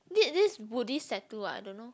did this Buddhist tattoo ah don't know